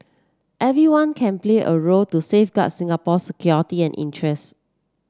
everyone can play a role to safeguard Singapore security and interest